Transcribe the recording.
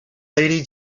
lady